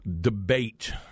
debate